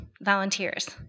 volunteers